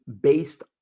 based